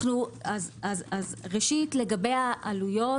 אז ראשית לגבי העלויות,